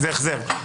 זה החזר.